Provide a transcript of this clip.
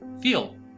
feel